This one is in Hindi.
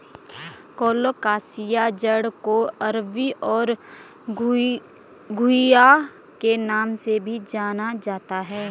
कोलोकासिआ जड़ को अरबी और घुइआ के नाम से भी जाना जाता है